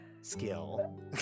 skill